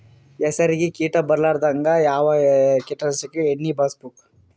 ಹೆಸರಿಗಿ ಕೀಟ ಬರಲಾರದಂಗ ಯಾವ ಕೀಟನಾಶಕ ಎಣ್ಣಿಬಳಸಬೇಕು?